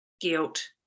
guilt